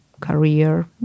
career